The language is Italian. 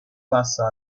passa